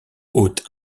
haute